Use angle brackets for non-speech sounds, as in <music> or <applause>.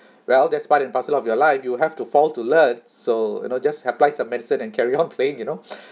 well that's part and parcel of your life you have to fall to learn so you know just apply some medicine and carry on playing you know <breath>